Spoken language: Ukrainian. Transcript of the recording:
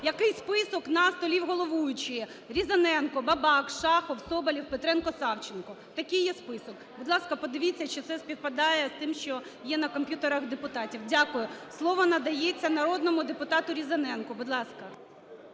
який список на столі в головуючої: Різаненко, Бабак, Шахов, Соболєв, Петренко, Савченко. Такий є список. Будь ласка, подивіться, чи це співпадає з тим, що є на комп'ютерах депутатів. Дякую. Слово надається народному депутату Різаненко. Будь ласка.